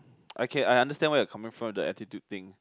okay I understand where you are coming from the attitude thing